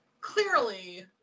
clearly